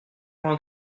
vingt